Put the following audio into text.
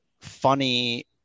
funny